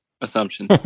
assumption